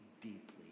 deeply